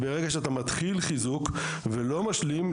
ברגע שאתה מתחיל חיזוק ולא משלים,